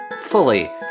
fully